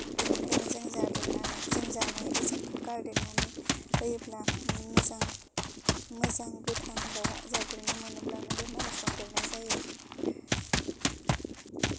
बेनिखायनो जों जादेरनानै जों जानाय बेसादखौ गारदेरनानै होयोब्ला नि मोजां मोजां गोथां दावआ जादेरनो मोनोब्लानो बेमार सन्देरनाय जायो